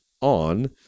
on